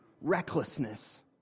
Recklessness